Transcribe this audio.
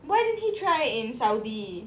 why didn't he try in saudi